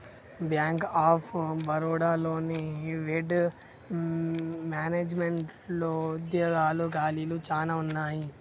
bank of Baroda లోని వెడ్ మేనేజ్మెంట్లో ఉద్యోగాల ఖాళీలు చానా ఉన్నయి